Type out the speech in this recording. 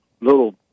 little